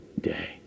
day